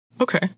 Okay